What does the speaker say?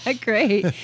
Great